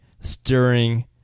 stirring